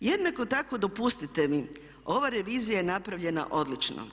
Jednako tako dopustite mi, ova revizija je napravljena odlično.